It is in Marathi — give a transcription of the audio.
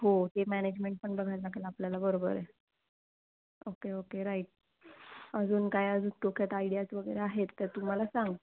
हो ते मॅनेजमेंट पण बघायला लागेलं आपल्याला बरोबर आहे ओके ओके राईट अजून काय अजू डोक्यात आयडियाज वगैरे आहेत तर तू मला सांग